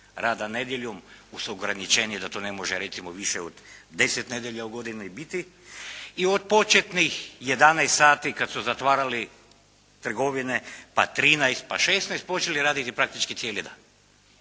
rada nedjeljom uz ograničenje da to ne može recimo više od 10 nedjelja u godini biti. I od početnih 11 sati kada su zatvarali trgovine, pa 13, pa 16, počeli raditi praktički cijeli dan.